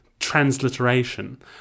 Transliteration